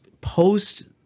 post